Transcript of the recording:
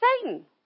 Satan